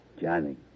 Johnny